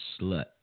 slut